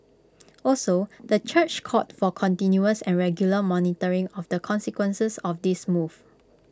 also the church called for continuous and regular monitoring of the consequences of this move